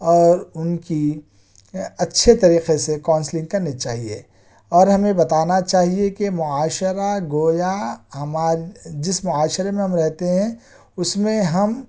اور ان کی اچھے طریقے سے کاؤنسلنگ کرنی چاہیے اور ہمیں بتانا چاہیے کہ معاشرہ گویا ہماری جس معاشرے میں ہم رہتے ہیں اس میں ہم